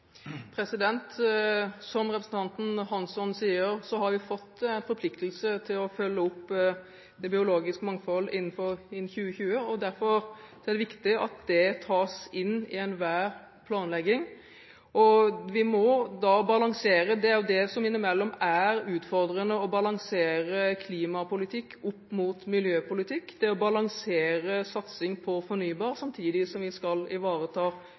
Som representanten Hansson sier, har vi forpliktet oss til å følge opp det biologiske mangfoldet innen 2020. Derfor er det viktig at det tas inn i enhver planlegging. Det som innimellom er utfordrende, er å balansere klimapolitikk og miljøpolitikk – det å balansere satsing på fornybar energi samtidig som vi skal ivareta